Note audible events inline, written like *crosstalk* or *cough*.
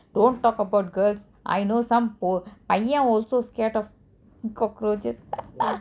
don't talk about girls I know some po~ பைய:paiya also scared of cockroaches *laughs*